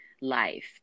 life